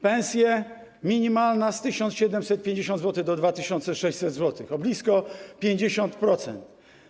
Pensja minimalna - z 1750 zł do 2600 zł, wzrost o blisko 50%.